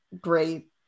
great